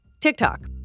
TikTok